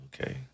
Okay